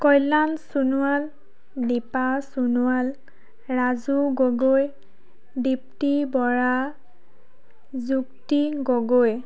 Kalyan Sonowal Dipa Sonowal Raju Gogoi Dipti Bora Jukti Gogoi